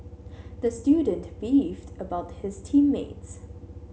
the student beefed about his team mates